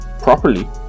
properly